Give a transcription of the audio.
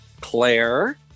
Claire